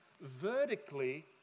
vertically